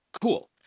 cool